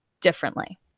differently